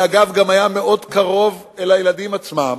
שאגב גם היה מאוד גם קרוב לילדים עצמם,